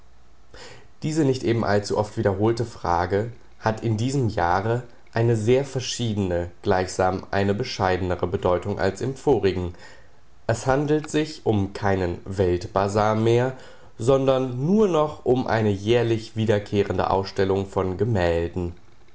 diese nicht eben allzu oft wiederholte frage hat in diesem jahre eine sehr verschiedene gleichsam eine bescheidenere bedeutung als im vorigen es handelt sich um keinen weltbazar mehr sondern nur noch um eine jährlich wiederkehrende ausstellung von gemälden